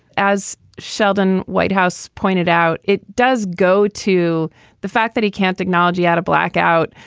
as sheldon whitehouse pointed out it does go to the fact that he can't technology out of blackout.